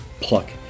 pluck